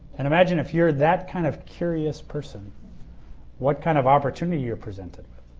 and imagine if you are that kind of curious person what kind of opportunity you are presented